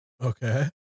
Okay